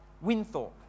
Winthorpe